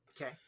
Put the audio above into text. Okay